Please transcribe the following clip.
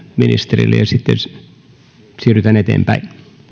ministerille ja sitten siirrytään eteenpäin